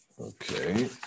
Okay